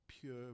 pure